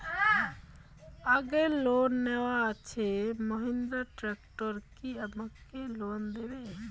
আগের লোন নেওয়া আছে মাহিন্দ্রা ফাইন্যান্স কি আমাকে লোন দেবে?